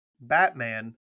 Batman